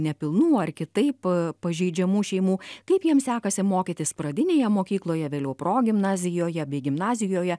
nepilnų ar kitaip pažeidžiamų šeimų kaip jiems sekasi mokytis pradinėje mokykloje vėliau progimnazijoje bei gimnazijoje